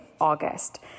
August